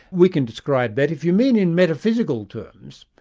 we can describe that if you mean in metaphysical terms,